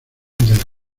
del